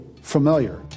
familiar